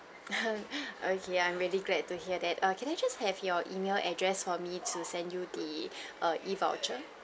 okay I'm really glad to hear that err can I just have your email address for me to send you the err the voucher